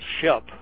ship